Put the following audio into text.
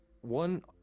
one